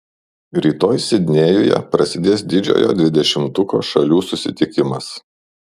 rytoj sidnėjuje prasidės didžiojo dvidešimtuko šalių susitikimas